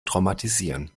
traumatisieren